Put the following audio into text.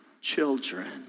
children